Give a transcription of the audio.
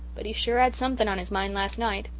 but he sure had something on his mind last night.